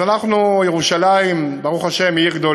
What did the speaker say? אז ירושלים, ברוך השם, היא עיר גדולה,